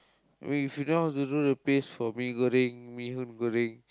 I mean if you know how to do the paste for mee-goreng mee-hoon-goreng